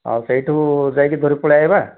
ଆଉ ସେଇଠୁ ଯାଇକି ଧରି ପଳେଇ ଆସିବା